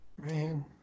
man